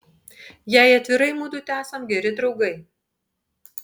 jei atvirai mudu tesam geri draugai